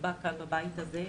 שנקבע בבית הזה.